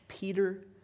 Peter